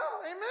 Amen